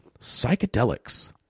psychedelics